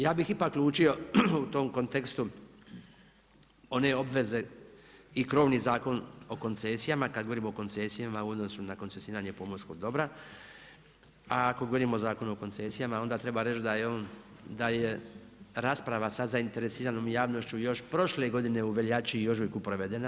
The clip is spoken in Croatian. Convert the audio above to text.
Ja bih ipak … u tom kontekstu one obveze i krovni Zakon o koncesijama, kad govorim o koncesijama u odnosu na koncesioniranje pomorskog dobra, a ako govorimo o Zakonu o koncesijama onda treba reći da je on, da je rasprava sa zainteresiranom javnošću još prošle godine u veljači i ožujku provedena.